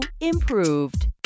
improved